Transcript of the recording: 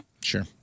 Sure